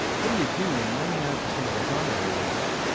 what do you do when ninety nine percent of what's on there is,